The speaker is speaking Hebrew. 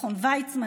מכון ויצמן,